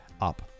up